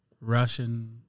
Russian